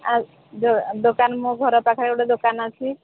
ଆଉ ଦୋକାନ ମୋ ଘର ପାଖରେ ଗୋଟେ ଦୋକାନ ଅଛି